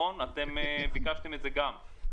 ביקשו את זה כאן,